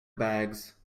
bags